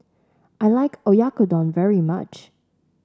I like Oyakodon very much